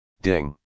Ding